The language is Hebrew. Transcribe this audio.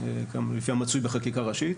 לפי המצוי בחקיקה ראשית,